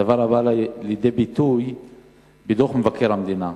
דבר שבא לידי ביטוי בדוח מבקר המדינה.